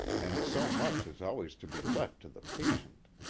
and so much has always to be left to the patient.